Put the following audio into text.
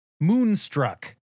Moonstruck